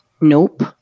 nope